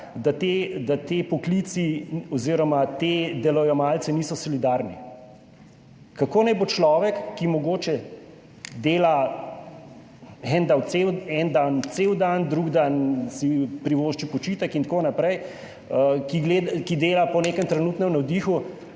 da ti poklici oziroma ti delojemalci niso solidarni. Kako naj bo človek, ki mogoče dela en dan celi dan, drugi dan si privošči počitek in tako naprej, ki dela po nekem trenutnem navdihu,